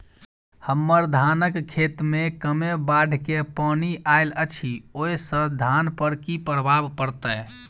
हम्मर धानक खेत मे कमे बाढ़ केँ पानि आइल अछि, ओय सँ धान पर की प्रभाव पड़तै?